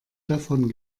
davon